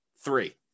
three